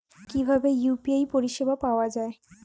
কিভাবে ইউ.পি.আই পরিসেবা পাওয়া য়ায়?